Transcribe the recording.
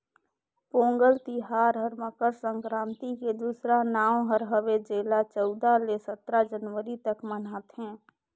पोगंल तिहार हर मकर संकरांति के दूसरा नांव हर हवे जेला चउदा ले सतरा जनवरी तक मनाथें